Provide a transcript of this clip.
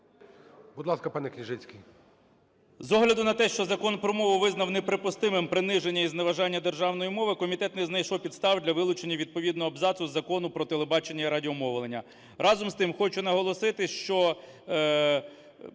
З огляду на те, що Закон про мову визнав неприпустимим приниження і зневаження державної мови, комітет не знайшов підстав для вилучення відповідного абзацу з Закону "Про телебачення і радіомовлення". Разом з тим, хочу наголосити, що